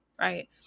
right